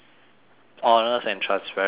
honest and transparency ah